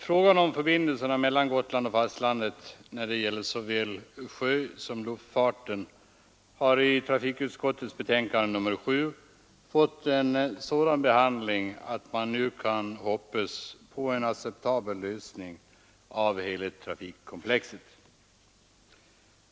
Frågan om förbindelserna mellan Gotland och fastlandet — det gäller såväl sjösom luftfarten — har i trafikutskottets betänkande nr 7 fått en sådan behandling att man nu kan hoppas på en acceptabel lösning av hela trafikkomplexet.